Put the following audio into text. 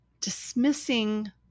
dismissing